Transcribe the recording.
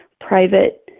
private